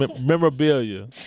Memorabilia